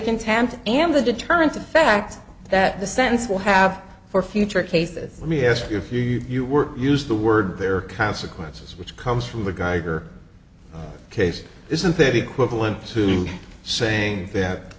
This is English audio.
contempt and the deterrence of fact that the sentence will have for future cases let me ask you if you you were used the word there are consequences which comes from the geiger case isn't that equivalent to saying